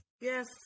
Yes